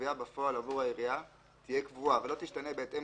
הגבייה בפועל עבור העירייה תהיה קבועה ולא תשתנה בהתאם